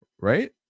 Right